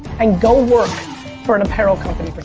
and go work for an apparel company for